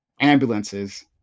ambulances